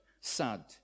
sad